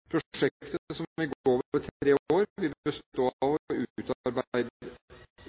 Prosjektet, som vil gå over tre år, vil